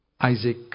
Isaac